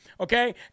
Okay